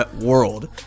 world